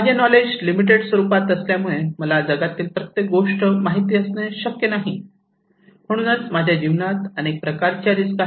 माझे knowledge limited स्वरूपाचे असल्यामुळे मला जगातील प्रत्येक गोष्ट माहिती असणे शक्य नाही म्हणूनच माझ्या जीवनात अनेक प्रकारच्या रिस्क आहेत